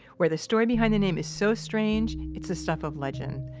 where the story behind the name is so strange, it's the stuff of legend.